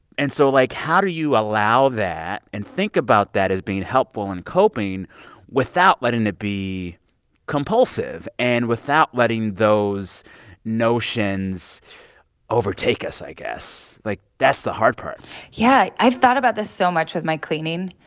and so, like, how do you allow that and think about that as being helpful in coping without letting it be compulsive and without letting those notions overtake us, i guess? like, that's the hard part yeah, i've thought about this so much with my cleaning.